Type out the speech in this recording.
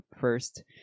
first